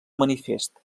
manifest